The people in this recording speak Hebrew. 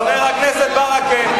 חבר הכנסת ברכה.